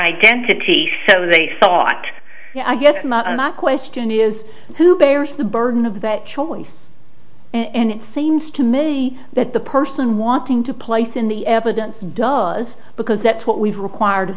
identity so they thought i guess my question is who bears the burden of that choice and it seems to me that the person wanting to place in the evidence does because that's what we've required of